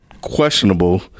Questionable